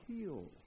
heal